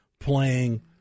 playing